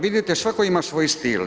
Vidite, svako ima svoj stil.